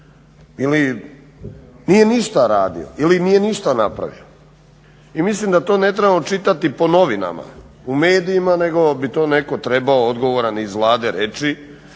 ili nije ništa radio ili nije ništa napravio? I mislim da to ne trebamo čitati po novinama, u medijima, nego bit to netko trebao odgovoran iz Vlade reći